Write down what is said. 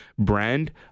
brand